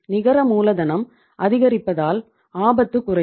நிகர மூலதனம் அதிகரிப்பதால் ஆபத்து குறையும்